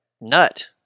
nut